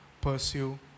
pursue